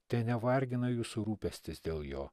tenevargina jūsų rūpestis dėl jo